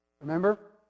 Remember